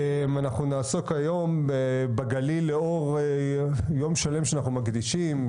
אנחנו נעסוק היום בגליל לאור יום שלם שאנחנו מקדישים,